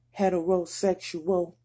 heterosexual